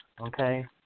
Okay